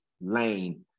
lane